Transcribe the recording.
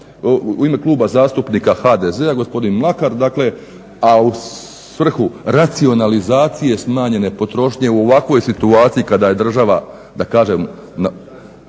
u ime Kluba zastupnika HDZ-a gospodin Mlakar dakle a u svrhu racionalizacije smanjene potrošnje u ovakvoj situaciji kada je država na koljenima